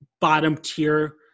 bottom-tier